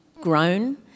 grown